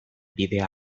bidea